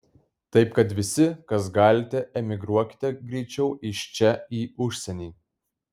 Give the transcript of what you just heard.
taip kad visi kas galite emigruokite greičiau iš čia į užsienį